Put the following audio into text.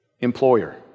employer